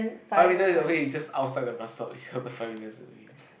five meters away is just outside the bus stop is not the five meters away